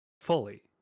fully